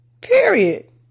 period